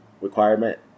requirement